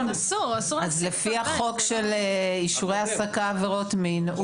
אז לפי החוק של איסורי העסקה עבירות מין,